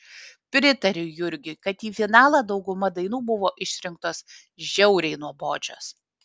pritariu jurgiui kad į finalą dauguma dainų buvo išrinktos žiauriai nuobodžios